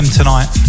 tonight